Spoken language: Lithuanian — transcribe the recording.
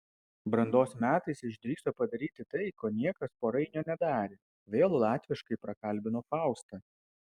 brandos metais išdrįso padaryti tai ko niekas po rainio nedarė vėl latviškai prakalbino faustą